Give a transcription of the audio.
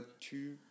two